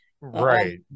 right